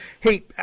Hey